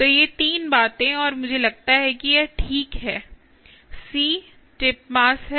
तो ये 3 बातें और मुझे लगता है कि यह ठीक है सी टिप मास है